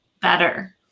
better